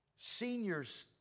seniors